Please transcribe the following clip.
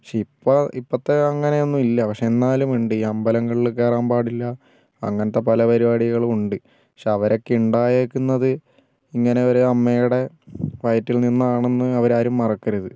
പക്ഷേ ഇപ്പോൾ ഇപ്പോഴത്തെ അങ്ങനെ ഒന്നും ഇല്ല പക്ഷേ എന്നാലും ഉണ്ട് ഈ അമ്പലങ്ങളിൽ കയറാൻ പാടില്ല അങ്ങനത്തെ പല പരിപാടികളും ഉണ്ട് പക്ഷേ അവരൊക്കെ ഉണ്ടായിരിക്കുന്നത് ഇങ്ങനെ ഒരു അമ്മയുടെ വയറ്റിൽ നിന്നാണെന്ന് അവരാരും മറക്കരുത്